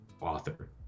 author